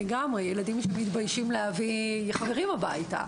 ילדים מתביישים להביא חברים הביתה.